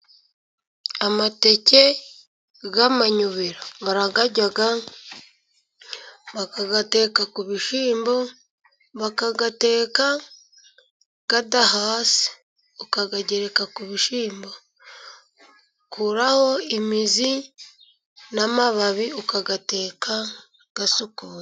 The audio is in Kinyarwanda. Amateke y'amanyobero baragarya, bakayateka ku bishyimbo, bakayateka adahase ukayagereka ku bishyimbo. Ukuraho imizi n'amababi, ukayateka asukuye.